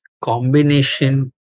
combination